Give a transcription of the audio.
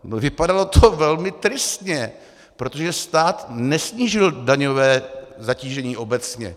No vypadalo to velmi tristně, protože stát nesnížil daňové zatížení obecně.